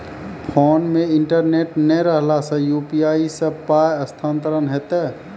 Phone मे internet नै रहला सॅ, यु.पी.आई सॅ पाय स्थानांतरण हेतै?